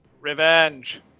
Revenge